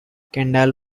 kendall